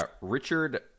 Richard